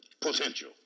potential